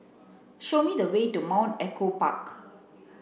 show me the way to Mount Echo Park